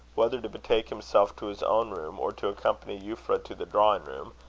whether to betake himself to his own room, or to accompany euphra to the drawing-room,